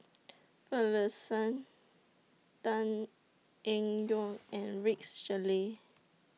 Finlayson Tan Eng Yoon and Rex Shelley